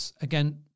Again